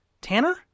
Tanner